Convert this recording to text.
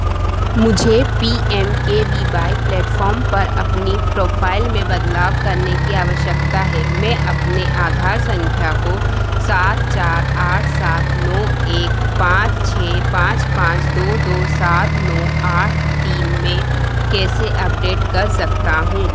मुझे P M K B Y platform पर अपनी प्रोफ़ाइल में बदलाव करने की आवश्यकता है मैं अपने आधार संख्या को सात चार आठ सात नौ एक पाँच छः पाँच पाँच दो दो सात नौ आठ तीन में कैसे अपडेट कर सकता हूँ